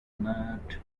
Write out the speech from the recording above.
nut